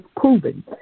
proven